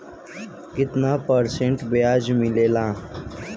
कितना परसेंट ब्याज मिलेला?